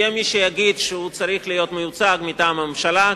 יהיה מי שיגיד שהוא צריך להיות מיוצג מטעם הממשלה.